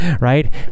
right